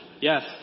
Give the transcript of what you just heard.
Yes